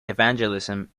evangelism